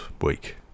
week